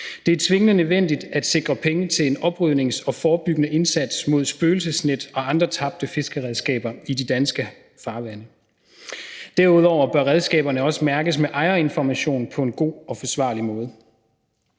Det er tvingende nødvendigt at sikre penge til oprydning af og en forebyggende indsats mod spøgelsesnet og andre tabte fiskeredskaber i de danske farvande. Derudover bør redskaberne også mærkes med ejerinformation på en god og forsvarlig måde.